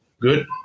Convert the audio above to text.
good